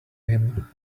him